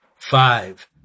Five